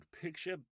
picture